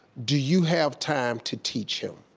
do you have time to teach him?